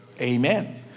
amen